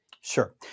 Sure